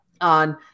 on